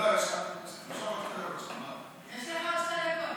לא, יש לך עוד כמה, יש לך עוד שתי דקות.